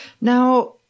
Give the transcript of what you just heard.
Now